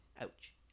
Ouch